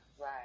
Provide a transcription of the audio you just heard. right